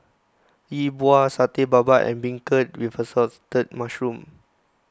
Yi Bua Satay Babat and Beancurd with Assorted Mushrooms